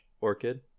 orchid